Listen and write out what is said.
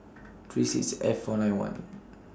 three six F four nine one